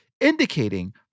indicating